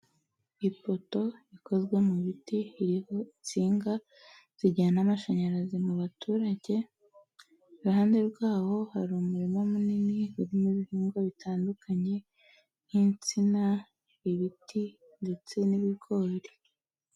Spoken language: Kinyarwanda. Ipoto ikozwe mu biti iriho insinga zijyana amashanyarazi mu baturage, iruhande rwaho hari umurimo munini urimo ibihingwa bitandukanye, nk'insina, ibiti ,ndetse n'ibigori.